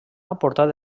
aportat